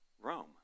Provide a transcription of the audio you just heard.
Rome